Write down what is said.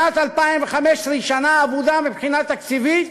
שנת 2015 היא שנה אבודה מבחינה תקציבית,